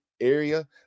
area